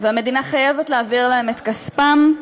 והמדינה חייבת להעביר להם את כספם.